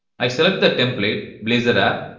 i select the template blazor app.